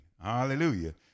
hallelujah